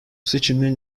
seçimlerin